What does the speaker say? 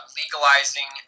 legalizing